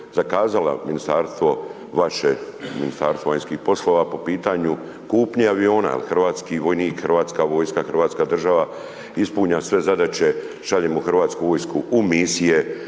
zakazalo ministarstvo vaše, Ministarstvo vanjskih poslova po pitanju kupnje aviona jer hrvatski vojnik, hrvatska vojska, hrvatska država ispunjava sve zadaće, šaljemo hrvatsku vojsku u misije